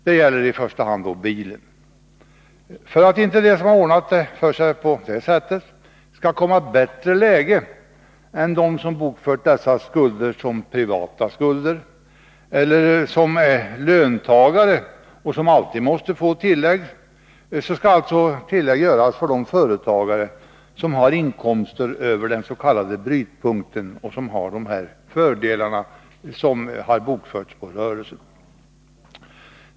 Det gäller i första hand bilen. För att inte de som ordnat det för sig på det sättet skall komma i bättre läge än de som har bokfört dessa skulder såsom privata eller de som är löntagare — och som alltid måste få tillägg — måste tillägg göras för de företagare som har inkomster över dens.k. brytpunkten och som har fört sådana här räntor på rörelsen.